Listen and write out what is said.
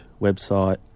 website